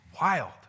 wild